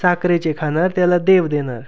साखरेचे खाणार त्याला देव देणार